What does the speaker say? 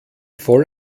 voll